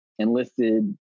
enlisted